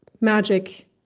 magic